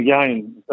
again